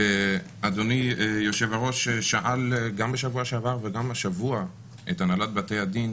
אדוני היושב-ראש שאל גם בשבוע שעבר וגם השבוע את הנהלת בתי הדין